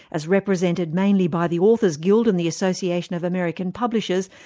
as represented mainly by the authors' guild and the association of american publishers,